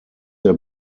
der